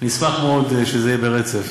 נעשה מנהרה אקולוגית נוספת.